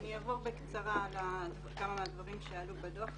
אני אעבור בקצרה על כמה מהדברים שעלו בדוח.